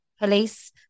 police